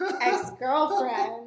ex-girlfriend